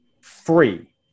free